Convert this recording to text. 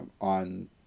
on